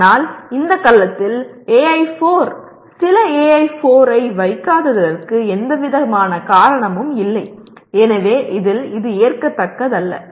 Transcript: ஆனால் இந்த கலத்தில் AI4 சில AI4 ஐ வைக்காததற்கு எந்தவிதமான காரணமும் இல்லை எனவே இதில் இது ஏற்கத்தக்கதல்ல